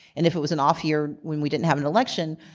and if it was an off year when we didn't have an election,